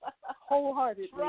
Wholeheartedly